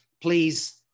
please